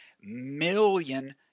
million